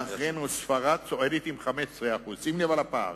ואחרינו ספרד צועדת עם 15%. שים לב לפער.